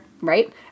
right